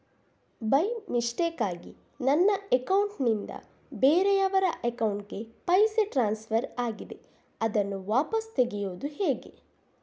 By ಮಿಸ್ಟೇಕಾಗಿ ನನ್ನ account ನಿಂದ ಬೇರೆಯವರ ಅಕೌಂಟ್ ಗೆ ಪೈಸೆ ಟ್ರಾನ್ಸ್ಫರ್ ಆಗಿದೆ ಅದನ್ನು ವಾಪಸ್ ತೆಗೆಯೂದು ಹೇಗೆ?